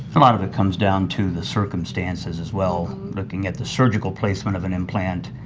a lot of it comes down to the circumstances, as well, looking at the surgical placement of an implant.